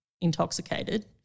intoxicated